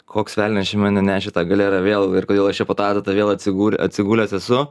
koks velnias čia mane nešė tą galerą vėl ir kodėl aš čia po ta adata vėl atsigul atsigulęs esu